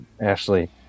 Ashley